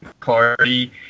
Party